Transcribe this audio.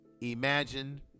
imagine